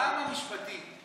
למה משפטים?